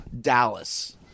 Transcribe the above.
dallas